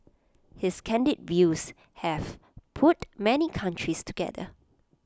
his candid views have put many countries together